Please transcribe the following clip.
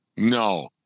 No